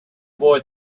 boy